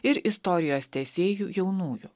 ir istorijos tęsėju jaunųjų